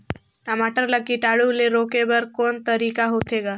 टमाटर ला कीटाणु ले रोके बर को तरीका होथे ग?